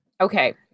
Okay